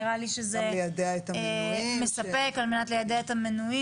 נראה לי שזה מספק על מנת ליידע את המנויים,